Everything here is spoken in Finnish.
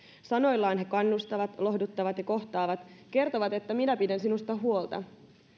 sanoillaan he kannustavat lohduttavat ja kohtaavat kertovat että minä pidän sinusta huolta